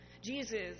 Jesus